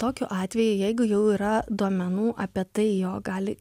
tokiu atveju jeigu jau yra duomenų apie tai jog gali